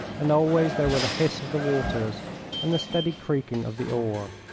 and always there were the hiss of the waters and the steady creaking of the oar.